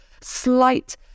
slight